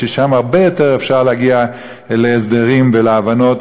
ששם הרבה יותר אפשרי להגיע להסדרים ולהבנות,